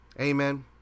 amen